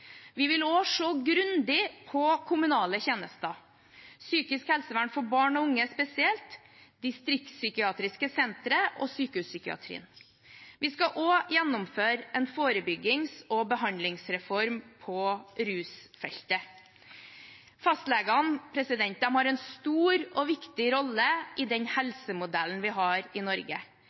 Vi vil også se grundig på kommunale tjenester, psykisk helsevern for barn og unge spesielt, på distriktspsykiatriske sentre og sykehuspsykiatrien. Vi skal også gjennomføre en forebyggings- og behandlingsreform på rusfeltet. Fastlegene har en stor og viktig rolle i den helsemodellen vi har i Norge.